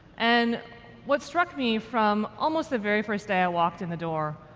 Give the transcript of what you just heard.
and what struck me from almost the very first day i walked in the door,